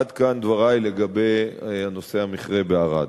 עד כאן דברי לגבי נושא המכרה בערד.